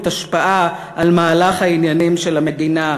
השפעה על מהלך העניינים של המדינה.